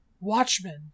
Watchmen